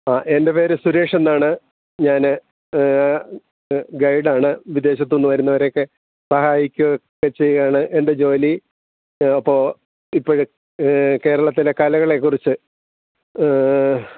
ആ എൻ്റെ പേര് സുരേഷെന്നാണ് ഞാൻ ഗയ്ഡാണ് വിദേശത്തു നിന്നു വരുന്നവരെയൊക്കെ സഹായിക്കുകയൊക്കെ ചെയ്യുകയാണ് എൻ്റെ ജോലി അപ്പോൾ ഇപ്പോൾ കേരളത്തിലെ കലകളേക്കുറിച്ച്